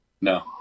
No